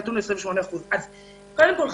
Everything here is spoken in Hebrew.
הנתון הוא 28%. קודם כול,